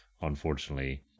unfortunately